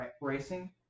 racing